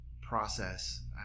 process